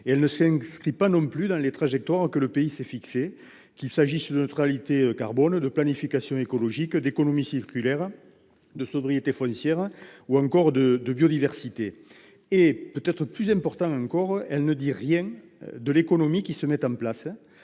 elle ne s'inscrit pas non plus dans les trajectoires que le pays s'est fixées, qu'il s'agisse de neutralité carbone, de planification écologique, d'économie circulaire, de sobriété foncière ou encore de biodiversité. Peut-être plus grave encore, aucune référence n'est faite à l'économie qui se met en place